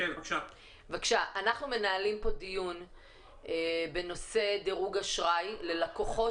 אנחנו מנהלים דיון בנושא דירוג אשראי ללקוחות